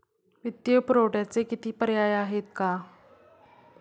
वित्तीय पुरवठ्याचे किती पर्याय आहेत का?